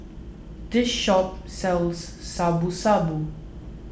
this shop sells Shabu Shabu